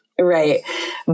Right